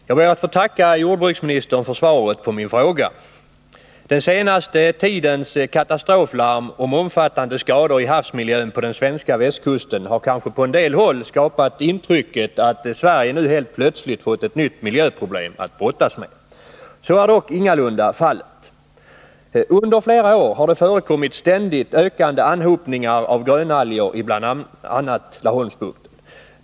Herr talman! Jag ber att få tacka jordbruksministern för svaret på min fråga. Den senaste tidens katastroflarm om omfattande skador i havsmiljön på den svenska västkusten har kanske på en del håll skapat intrycket att Sverige nu helt plötsligt fått ett nytt miljöproblem att brottas med. Så är dock ingalunda fallet. Under flera år har det förekommit ständigt ökande anhopningar av grönalger i bl.a. Laholmsbukten.